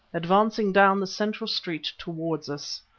advancing down the central street towards us.